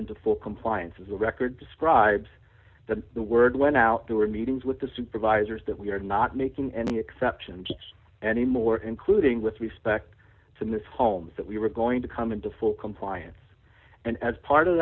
into full compliance is the record describes the the word went out there were meetings with the supervisors that we are not making any exceptions anymore including with respect to miss holmes that we were going to come into full compliance and as part of